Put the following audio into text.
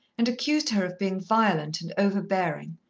and accused her of being violent and over-bearing,